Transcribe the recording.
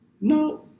no